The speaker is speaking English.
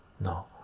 No